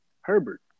Herbert